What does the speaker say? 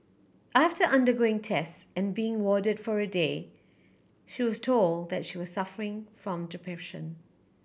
after undergoing test and being warded for a day she was told that she was suffering from depression